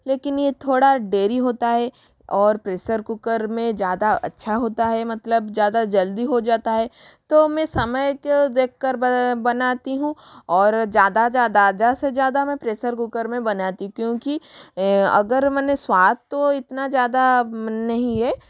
लेकिन ये थोड़ा देरी होता है और प्रेशर कुकर में ज़्यादा अच्छा होता है मतलब ज़्यादा जल्दी हो जाता है तो मैं समय को देखकर बनाती हूँ और ज़्यादा ज़्यादा ज़्यादा से ज़्यादा मैं प्रेशर कुकर में बनाती हूँ क्योंकि अगर मैंने स्वाद तो इतना ज़्यादा नहीं हैं